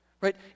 right